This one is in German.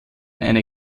eine